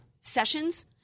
sessions